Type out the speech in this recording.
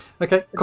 okay